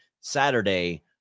Saturday